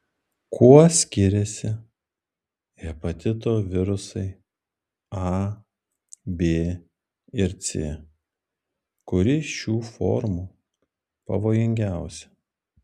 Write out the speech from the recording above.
kuo skiriasi hepatito virusai a b ir c kuri šių formų pavojingiausia